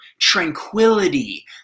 tranquility